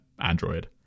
Android